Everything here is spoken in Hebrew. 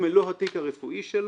למה לא הבאתם אותו?